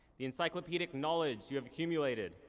the encyclopedic knowledge you have accumulated,